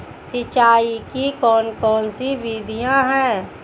सिंचाई की कौन कौन सी विधियां हैं?